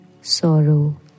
sorrow